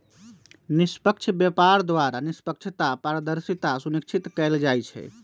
निष्पक्ष व्यापार द्वारा निष्पक्षता, पारदर्शिता सुनिश्चित कएल जाइ छइ